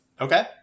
Okay